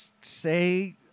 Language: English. say